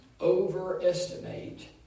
overestimate